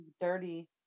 dirty